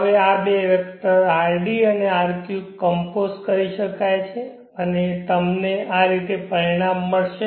હવે આ બે વેક્ટર rd અને rq કમ્પોઝ કરી શકાય છે અને તમને આ રીતે પરિણામ મળશે